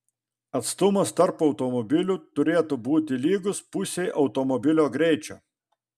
atstumas tarp automobilių turėtų būti lygus pusei automobilio greičio